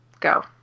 Go